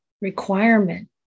requirement